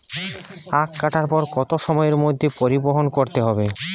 আখ কাটার পর কত সময়ের মধ্যে পরিবহন করতে হবে?